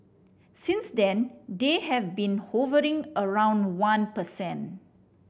since then they have been hovering around one per cent